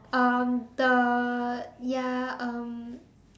um the ya um